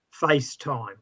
FaceTime